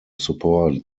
support